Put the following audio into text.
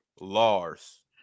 Lars